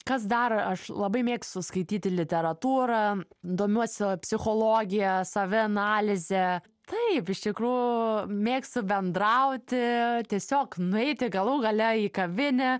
kas dar aš labai mėgstu skaityti literatūrą domiuosi psichologija savianalize taip iš tikrų mėgstu bendrauti tiesiog nueiti galų gale į kavinę